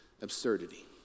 absurdity